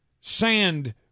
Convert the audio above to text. Sand